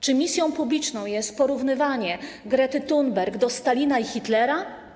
Czy misją publiczną jest porównywanie Grety Thunberg do Stalina i Hitlera?